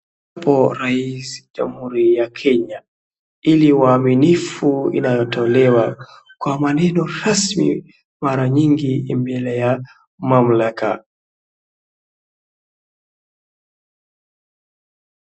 Ambapo rais wa jamuhuri ya Kenya ili waaminifu inayotolewa kwa maneno rasmi mara nyingi mbele ya mamlaka.